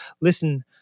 listen